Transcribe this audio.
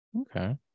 Okay